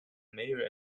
mayor